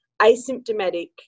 Asymptomatic